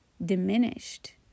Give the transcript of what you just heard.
diminished